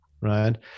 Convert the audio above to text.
right